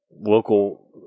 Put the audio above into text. local